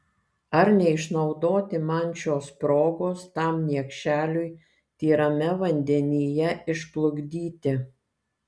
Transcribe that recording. ar neišnaudoti man šios progos tam niekšeliui tyrame vandenyje išplukdyti